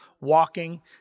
walking